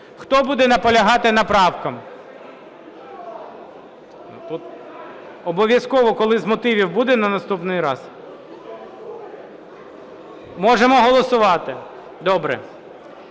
Хто буде наполягати на правках? (Шум в залі) Обов'язково, коли з мотивів буде, на наступний раз. Можемо голосувати, добре.